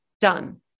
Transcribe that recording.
done